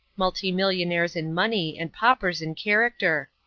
multimillionaires in money and paupers in character.